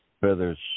feathers